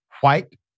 white